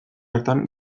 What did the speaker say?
hartan